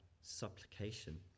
supplication